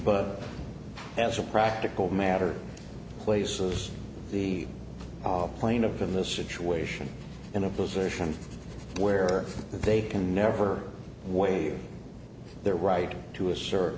but as a practical matter places the plaintiff in the situation in a position where they can never waive their right to